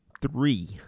three